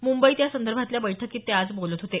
मुंबईत यासंदर्भातल्या बैठकीत ते आज बोलत होते